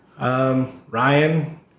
Ryan